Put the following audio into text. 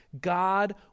God